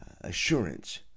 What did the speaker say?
assurance